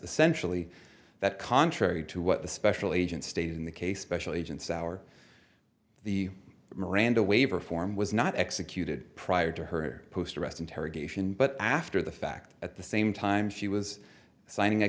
essentially that contrary to what the special agent stated in the case special agent sauer the miranda waiver form was not executed prior to her arrest interrogation but after the fact at the same time she was signing a